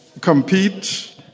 compete